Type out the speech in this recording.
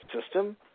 system